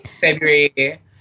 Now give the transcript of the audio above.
February